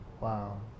Wow